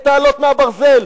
את האלות מהברזל.